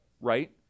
right